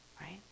right